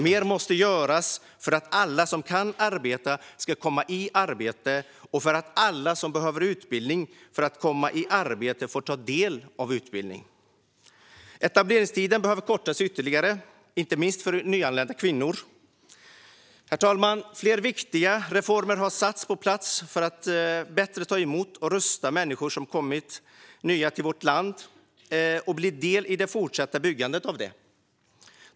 Mer måste göras för att alla som kan arbeta ska komma i arbete och för att alla som behöver utbildning för att komma i arbete ska få ta del av utbildning. Etableringstiden behöver kortas ytterligare, inte minfst för nyanlända kvinnor. Herr talman! Flera viktiga reformer har satts på plats för att bättre ta emot och rusta människor som är nyanlända till vårt land att bli del i det fortsatta byggandet av det.